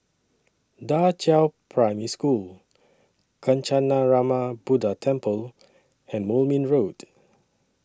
DA Qiao Primary School Kancanarama Buddha Temple and Moulmein Road